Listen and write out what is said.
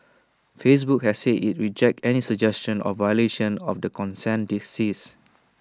Facebook has said IT rejects any suggestion of violation of the consent disease